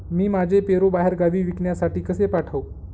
मी माझे पेरू बाहेरगावी विकण्यासाठी कसे पाठवू?